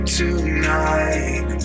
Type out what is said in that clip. tonight